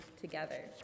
together